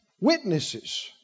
Witnesses